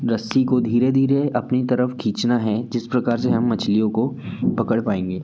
रस्सी को धीरे धीरे अपनी तरफ़ खींचना है जिस प्रकार से हम मछलियों को पकड़ पाएंगे